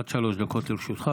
עד שלוש דקות לרשותך.